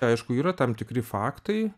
aišku yra tam tikri faktai